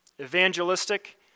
evangelistic